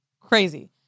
crazy